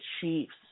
Chiefs